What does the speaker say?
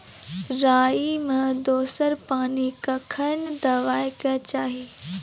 राई मे दोसर पानी कखेन देबा के चाहि?